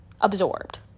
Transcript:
absorbed